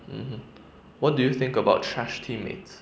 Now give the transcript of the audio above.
mmhmm what do you think about trash teammates